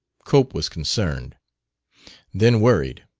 cope was concerned then worried.